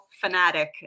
fanatic